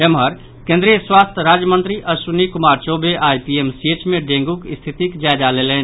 एम्हर केन्द्रीय स्वास्थ्य राज्य मंत्री अश्विनी कुमार चौबे आइ पीएमसीएच मे डेंगूक स्थितिक जायजा लेलनि